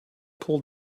pulled